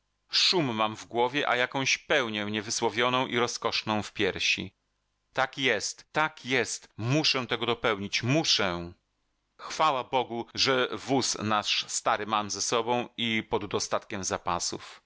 szum mam w głowie a jakąś pełnię niewysłowioną i rozkoszną w piersi tak jest tak jest muszę tego dopełnić muszę chwała bogu że wóz nasz stary mam ze sobą i poddostatkiem zapasów